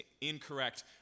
incorrect